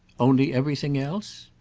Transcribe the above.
only everything else?